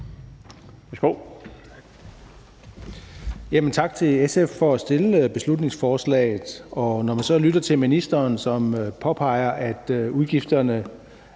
Tak til SF for at fremsætte beslutningsforslaget. Når man lytter til ministeren, som påpeger, at udgifterne